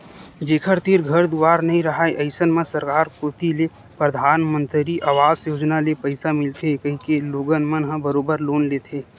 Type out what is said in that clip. जेखर तीर घर दुवार नइ राहय अइसन म सरकार कोती ले परधानमंतरी अवास योजना ले पइसा मिलथे कहिके लोगन मन ह बरोबर लोन लेथे